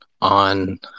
on